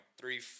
three